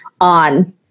on